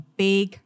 big